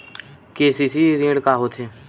KCC ऋण का होथे?